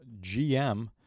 GM